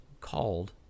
called